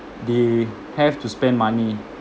they have to spend money